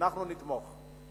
אנחנו נתמוך.